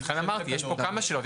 לכן אמרתי שיש כאן כמה שאלות.